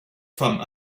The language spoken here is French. femmes